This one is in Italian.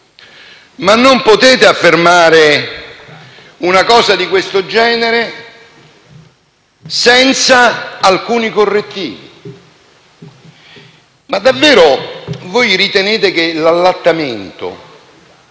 Non potete affermare una cosa di questo genere senza alcuni correttivi. Davvero ritenete che l'allattamento